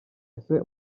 ese